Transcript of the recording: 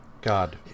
God